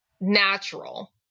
natural